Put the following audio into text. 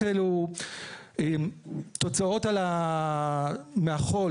תוצאות מהחול,